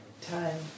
time